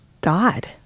God